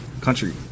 Country